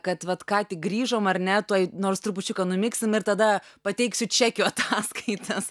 kad ką tik grįžom ar ne tuoj nors trupučiuką numigsim ir tada pateiksiu čekių ataskaitas